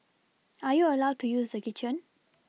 are you allowed to use the kitchen